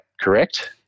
correct